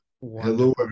Hello